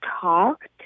talked